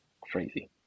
Crazy